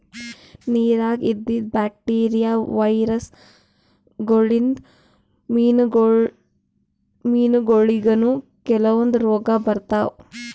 ನಿರಾಗ್ ಇದ್ದಿದ್ bacteria, virus ಗೋಳಿನ್ದ್ ಮೀನಾಗೋಳಿಗನೂ ಕೆಲವಂದ್ ರೋಗ್ ಬರ್ತಾವ್